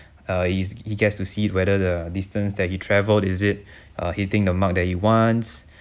uh is he gets to see whether the distance that he travelled is it uh hitting the mark that he wants